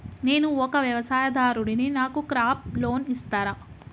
నేను ఒక వ్యవసాయదారుడిని నాకు క్రాప్ లోన్ ఇస్తారా?